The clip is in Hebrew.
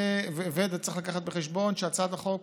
וצריך להביא בחשבון שהצעת החוק,